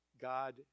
God